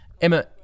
Emma